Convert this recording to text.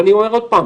ואני אומר שוב,